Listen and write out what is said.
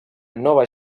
nova